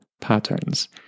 patterns